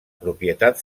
propietat